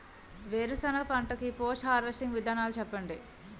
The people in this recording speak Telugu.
వేరుసెనగ పంట కి పోస్ట్ హార్వెస్టింగ్ విధానాలు చెప్పండీ?